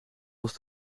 was